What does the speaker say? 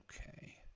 Okay